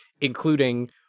Including